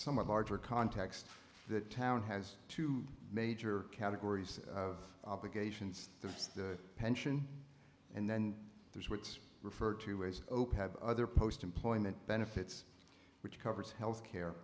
summer barger context that town has two major categories of obligations to the pension and then there's what's referred to as other post employment benefits which covers health care